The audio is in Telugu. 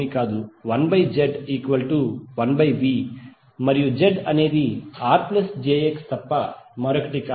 G jB ఏమీ కాదు1ZIV మరియు Z అనేది R jX తప్ప మరొకటి కాదు